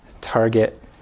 target